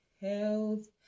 health